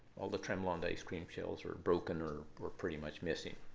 all the tremblant ice cream shells are broken or are pretty much missing.